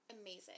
amazing